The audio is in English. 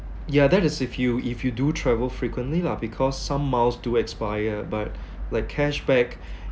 yeah that is if you if you do travel frequently lah because some miles do expire but like cashback